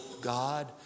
God